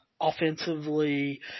offensively